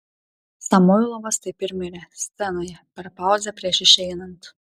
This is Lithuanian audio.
samoilovas taip ir mirė scenoje per pauzę prieš išeinant